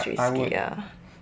cheapskate ah